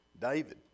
David